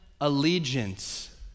allegiance